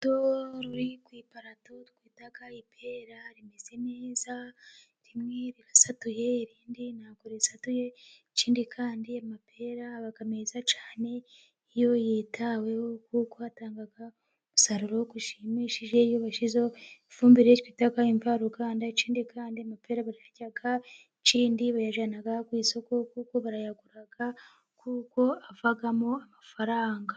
Urubuto ruri ku iparato twita ipera. Rimeze neza ,rimwe rirasaduye irindi ntabwo risatuye. Ikindi kandi amapera aba meza cyane iyo yitaweho kuko atanga umusaruro ushimishije ,iyo bashyizeho ifumbire twita imvaruganda . Ikindi kandi amapera bayajyana ku isoko kuko barayagura kuko avamo amafaranga.